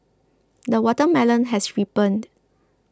the watermelon has ripened